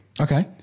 Okay